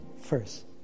first